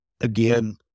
Again